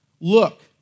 Look